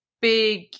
big